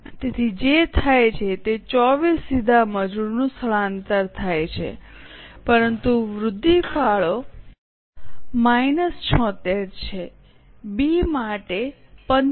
તેથી જે થાય છે તે 24 સીધું મજૂર સ્થળાંતર થાય છે પરંતુ વૃદ્ધિ ફાળો માઇનસ 76 છે બી માટે 75